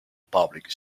public